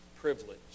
privilege